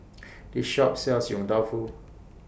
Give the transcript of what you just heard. This Shop sells Yong Tau Foo